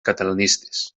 catalanistes